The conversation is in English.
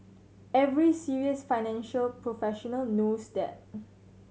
every serious financial professional knows that